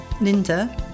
Linda